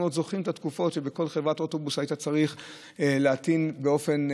אנחנו עוד זוכרים את התקופות שבכל חברת אוטובוס היית צריך להטעין בנפרד,